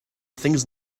thinks